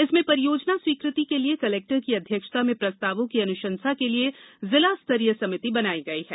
इसमें परियोजना स्वीकृति के लिए कलेक्टर की अध्यक्षता में प्रस्तावों की अनुशंसा के लिए जिला स्तरीय समिति बनाई गई है